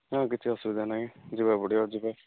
ହଁ କିଛି ଅସୁବିଧା ନାହିଁ ଯିବାକୁ ପଡ଼ିବ ଯିବା